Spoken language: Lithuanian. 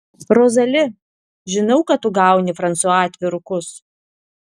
rozali žinau kad tu gauni fransua atvirukus